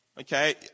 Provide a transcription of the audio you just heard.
Okay